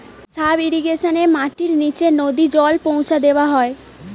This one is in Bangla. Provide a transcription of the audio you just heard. সাব ইর্রিগেশনে মাটির নিচে নদী জল পৌঁছা দেওয়া হয়